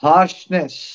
Harshness